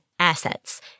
Assets